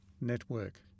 network